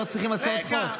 שלא צריכים הצעת חוק.